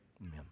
Amen